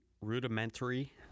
rudimentary